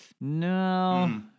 No